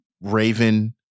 Raven